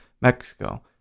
Mexico